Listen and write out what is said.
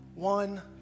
one